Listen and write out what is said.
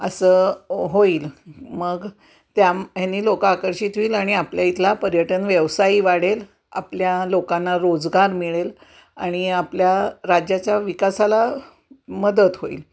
असं होईल मग त्याम ह्यानी लोकं आकर्षित होईल आणि आपल्या इथला पर्यटन व्यवसायही वाढेल आपल्या लोकांना रोजगार मिळेल आणि आपल्या राज्याच्या विकासाला मदत होईल